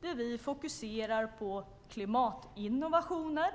där vi fokuserar på klimatinnovationer.